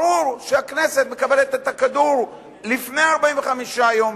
ברור שהכנסת מקבלת את הכדור לפני 45 יום,